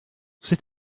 sut